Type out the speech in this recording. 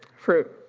fruit.